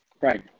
Right